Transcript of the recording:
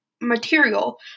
material